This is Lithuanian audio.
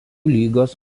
lygos